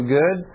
good